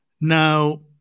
Now